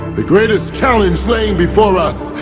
the greatest challenge laying before us,